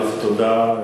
תודה.